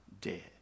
Dead